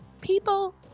People